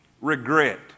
regret